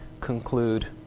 conclude